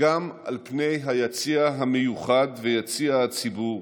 גם על פני היציע המיוחד ויציע הציבור,